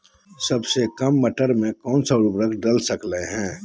सबसे काम मटर में कौन सा ऊर्वरक दल सकते हैं?